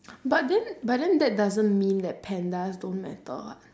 but then but then that doesn't mean that pandas don't matter [what]